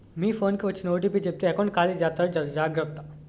మీ phone కి వచ్చిన OTP చెప్తే ఎకౌంట్ ఖాళీ జెత్తారు జర జాగ్రత్త